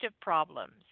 problems